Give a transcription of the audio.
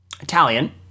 Italian